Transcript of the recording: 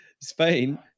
Spain